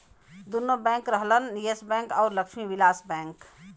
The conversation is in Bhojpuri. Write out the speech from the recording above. दुन्नो बैंक रहलन येस बैंक अउर लक्ष्मी विलास बैंक